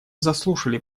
заслушали